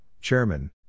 Chairman